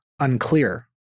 unclear